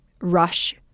rush